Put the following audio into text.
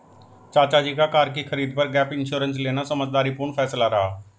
चाचा जी का कार की खरीद पर गैप इंश्योरेंस लेना समझदारी पूर्ण फैसला रहा